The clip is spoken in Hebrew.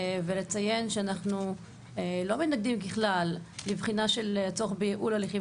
ולציין שאנחנו לא מתנגדים בכלל לבחינה של צורך בייעול הליכים